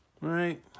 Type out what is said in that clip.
right